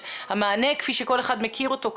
המענה כפי שכל אחד מכיר אותו,